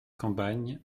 campagne